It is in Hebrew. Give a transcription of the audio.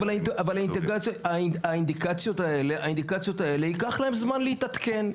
אבל לאינדיקציות האלה ייקח זמן להתעדכן.